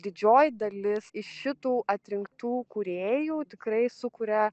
didžioji dalis iš šitų atrinktų kūrėjų tikrai sukuria